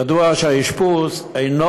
ידוע שהאשפוז אינו